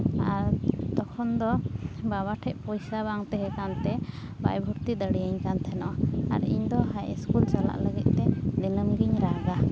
ᱟᱨ ᱛᱚᱠᱷᱚᱱ ᱫᱚ ᱵᱟᱵᱟ ᱴᱷᱮᱡ ᱯᱚᱭᱥᱟ ᱵᱟᱝ ᱛᱟᱦᱮᱱ ᱠᱟᱱ ᱛᱮ ᱵᱟᱭ ᱵᱷᱚᱨᱛᱤ ᱫᱟᱲᱮᱭᱟᱹᱧ ᱠᱟᱱ ᱛᱟᱦᱮᱱᱟ ᱟᱨ ᱤᱧᱫᱚ ᱦᱟᱭ ᱤᱥᱠᱩᱞ ᱪᱟᱞᱟᱜ ᱞᱟᱹᱜᱤᱫ ᱛᱮ ᱫᱤᱱᱚᱢ ᱜᱮᱧ ᱨᱟᱜᱟ